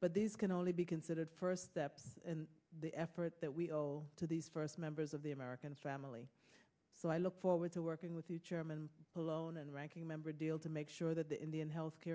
but this can only be considered first step in the effort that we owe to these first members of the american family so i look forward to working with the chairman alone and ranking member deal to make sure that the indian health care